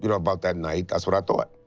you know about that night. that's what i thought.